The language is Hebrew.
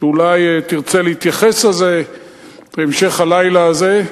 אולי תרצה להתייחס בהמשך הלילה הזה,